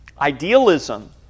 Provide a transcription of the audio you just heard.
Idealism